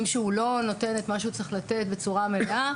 שהוא לא נותן את מה שהוא צריך לתת בצורה מלאה